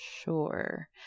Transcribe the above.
Sure